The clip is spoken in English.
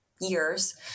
years